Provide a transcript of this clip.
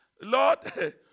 Lord